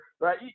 right